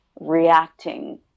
reacting